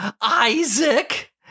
Isaac